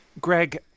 greg